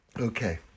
Okay